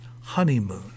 honeymoon